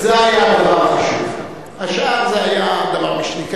זה היה הדבר החשוב, השאר היה דבר משני.